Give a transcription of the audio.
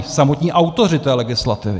Samotní autoři té legislativy.